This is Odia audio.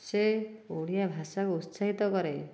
ସିଏ ଓଡ଼ିଆ ଭାଷାକୁ ଉତ୍ସାହିତ କରେ